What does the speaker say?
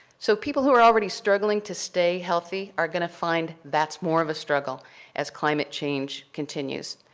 so, people who are already struggling to stay healthy are going to find that's more of a struggle as climate change continues.